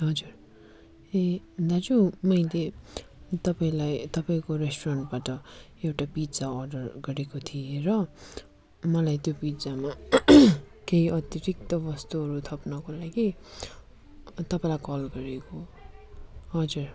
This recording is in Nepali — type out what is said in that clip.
हजुर ए दाजु मैले तपाईँलाई तपाईँको रेस्टुरेन्टबाट एउटा पिज्जा अर्डर गरेको थिएँ र मलाई त्यो पिज्जामा केही अतिरिक्त वस्तुहरू थप्नको लागि तपाईँलाई कल गरेको हजुर